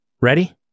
Ready